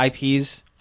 IPs